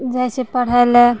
जाइ छै पढ़ैले